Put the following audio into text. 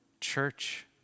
church